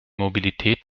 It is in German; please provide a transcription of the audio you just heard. mobilität